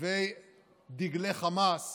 ודגלי חמאס